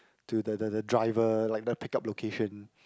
to the the the driver like the pick up location